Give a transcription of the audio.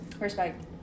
Respect